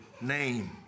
name